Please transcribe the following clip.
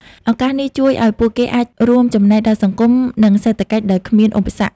ឱកាសនេះជួយឱ្យពួកគេអាចរួមចំណែកដល់សង្គម និងសេដ្ឋកិច្ចដោយគ្មានឧបសគ្គ។